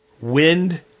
Wind